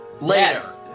Later